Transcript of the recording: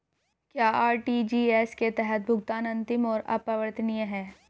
क्या आर.टी.जी.एस के तहत भुगतान अंतिम और अपरिवर्तनीय है?